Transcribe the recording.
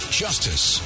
justice